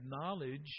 knowledge